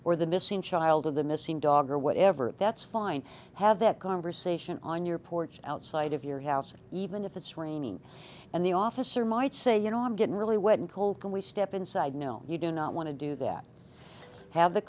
or the missing child of the missing dog or whatever that's fine have that conversation on your porch outside of your house and even if it's raining and the officer might say you know i'm getting really wet and cold can we step inside no you do not want to do that have the